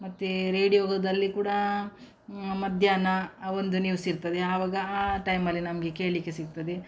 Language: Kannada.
ಮತ್ತು ರೇಡಿಯೋಗದಲ್ಲಿ ಕೂಡ ಮಧ್ಯಾಹ್ನ ಒಂದು ನ್ಯೂಸ್ ಇರ್ತದೆ ಆವಾಗ ಆ ಟೈಮಲ್ಲಿ ನಮಗೆ ಕೇಳ್ಲಿಕ್ಕೆ ಸಿಗ್ತದೆ